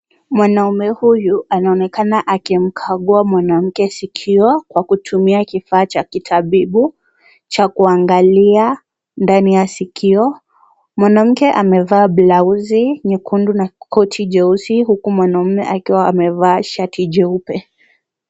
Mwanaume huyu, anaonekana akimkamua mwanamke sikio kwa kutumia kifaa cha kitabibu, cha kuangalia ndani ya sikio. Mwanamke amevaa blausi nyekundu na koti jeusi, huku mwanaume akiwa amevaa shati jeupe.